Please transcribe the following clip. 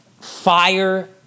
fire